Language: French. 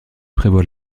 prévoit